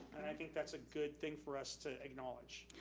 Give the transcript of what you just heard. and i think that's a good thing for us to acknowledge.